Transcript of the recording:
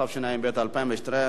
התשע"ב 2012,